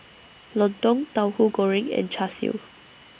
Lontong Tauhu Goreng and Char Siu